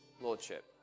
Lordship